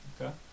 Okay